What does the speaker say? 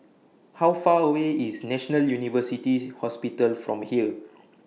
How Far away IS National University Hospital from here